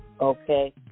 okay